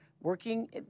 working